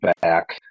back